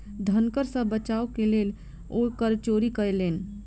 धन कर सॅ बचाव के लेल ओ कर चोरी कयलैन